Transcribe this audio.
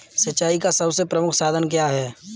सिंचाई का सबसे प्रमुख साधन क्या है?